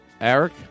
Eric